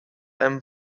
einem